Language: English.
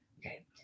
Okay